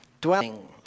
Dwelling